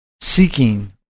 seeking